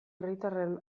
hiritarren